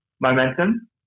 momentum